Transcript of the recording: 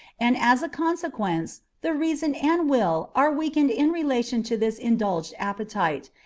and as a consequence the reason and will are weakened in relation to this indulged appetite,